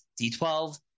D12